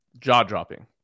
jaw-dropping